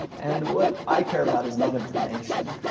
and what i care about is not information.